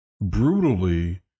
brutally